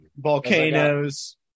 Volcanoes